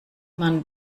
man